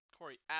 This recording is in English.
Corey